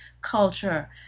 culture